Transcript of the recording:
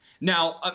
Now